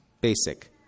Basic